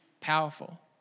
powerful